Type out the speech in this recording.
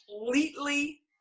completely